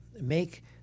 make